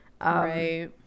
right